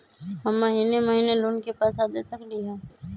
हम महिने महिने लोन के पैसा दे सकली ह?